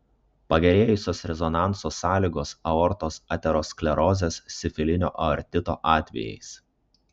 pagerėjusios rezonanso sąlygos aortos aterosklerozės sifilinio aortito atvejais